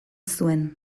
zuen